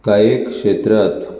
कायेक क्षेत्रांत